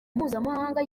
mpuzamahanga